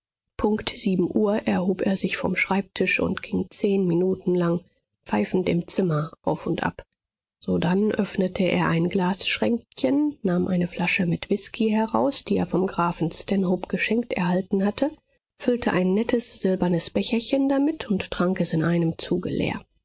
punkt sieben uhr erhob er sich vom schreibtisch und ging zehn minuten lang pfeifend im zimmer auf und ab sodann öffnete er ein glasschränkchen nahm eine flasche mit whisky heraus die er vom grafen stanhope geschenkt erhalten hatte füllte ein nettes silbernes becherchen damit und trank es in einem zuge leer